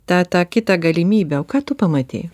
tą tą kitą galimybę o ką tu pamatei